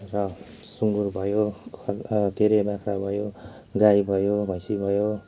र सुँगुर भयो के अरे बाख्रा भयो गाई भयो भैँसी भयो